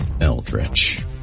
Eldritch